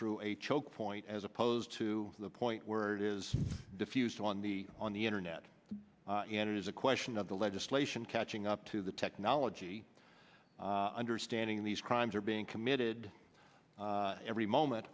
through a choke point as opposed to the point where it is diffused on the on the internet and it is a question of the legislation catching up to the technology understanding these crimes are being committed every moment